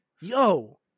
yo